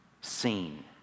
seen